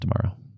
tomorrow